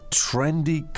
trendy